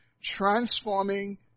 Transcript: transforming